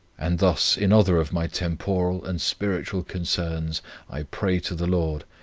and thus in other of my temporal and spiritual concerns i pray to the lord,